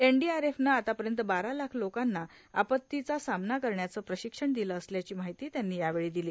एनडीआरएफनं आतापर्यंत बारा लाख लोकांना आपत्तीचं सामना करण्याचं प्रशिक्षण दिलं असल्याची माहिती त्यांनी यावेळी दिली